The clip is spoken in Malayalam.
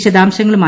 വിശദാംശങ്ങളുമായി